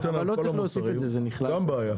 נכון, אם הוא נותן על כל המוצרים, זו גם בעיה.